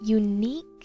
unique